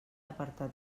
apartat